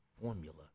formula